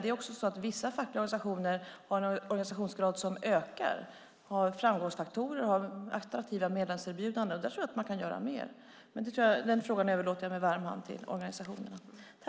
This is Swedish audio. Det är också så att vissa fackliga organisationer har en organisationsgrad som ökar, har framgångsfaktorer och har attraktiva medlemserbjudanden. Där tror jag att man kan göra mer, men den frågan överlåter jag med varm hand till organisationerna.